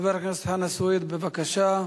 חבר הכנסת חנא סוייד, בבקשה.